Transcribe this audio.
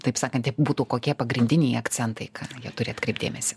taip sakant būtų kokie pagrindiniai akcentai į ką jie turi atkreipt dėmesį